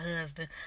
husband